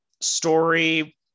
story